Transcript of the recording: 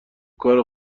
کار